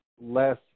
less